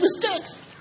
mistakes